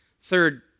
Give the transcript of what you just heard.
Third